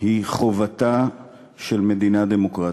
היא חובתה של מדינה דמוקרטית,